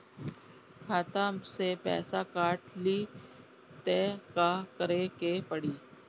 खाता से पैसा काट ली त का करे के पड़ी?